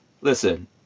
listen